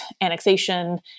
annexation